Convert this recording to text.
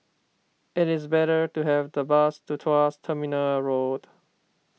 it is better to have the bus to Tuas Terminal Road